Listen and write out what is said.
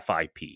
FIP